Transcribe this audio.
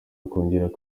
akongeraho